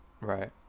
right